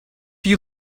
you